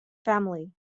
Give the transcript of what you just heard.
family